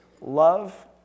Love